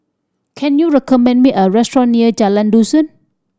can you recommend me a restaurant near Jalan Dusun